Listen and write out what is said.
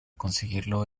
conseguirlo